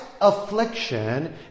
affliction